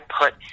put